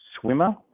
swimmer